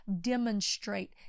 demonstrate